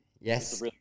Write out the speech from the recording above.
yes